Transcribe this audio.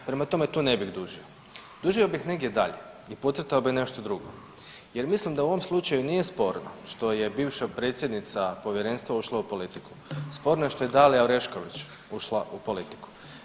Prema tome tu ne bih dužio, dužio bih negdje dalje i podcrtao bih nešto drugo jer mislim da u ovom slučaju nije sporno što je bivša predsjednica povjerenstva ušla u politiku, sporno je što je Dalija Orešković ušla u politiku.